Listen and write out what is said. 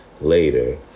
later